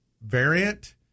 variant